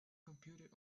computer